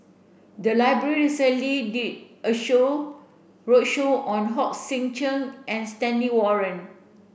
the library recently did a show roadshow on Hong Sek Chern and Stanley Warren